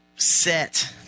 set